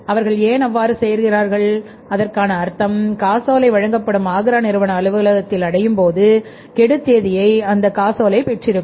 அவர்கள் ஏன் அவ்வாறு செய்கிறார்கள் அதற்கான அர்த்தம் காசோலை வழங்கப்படும் ஆக்ரா நிறுவன அலுவலகத்தில் அடையும் போது கெடு தேதியை அந்த காசோலை பெற்றிருக்கும்